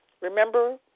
Remember